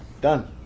Done